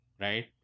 right